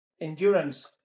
endurance